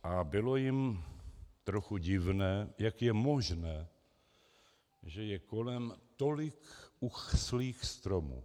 A bylo jim trochu divné, jak je možné, že je kolem tolik uschlých stromů.